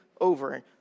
over